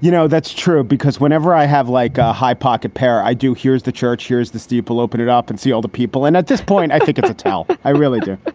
you know, that's true, because whenever i have, like, a high pocket pair, i do. here's the chart. here's the steeple. open it up and see all the people. and at this point, i think it's a tell. i really do.